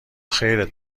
خیرت